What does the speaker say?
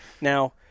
Now